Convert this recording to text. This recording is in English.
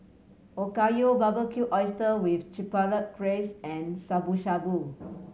Okayu Barbecued Oyster with Chipotle Glaze and Shabu Shabu